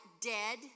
dead